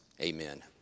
Amen